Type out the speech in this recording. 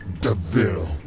DeVille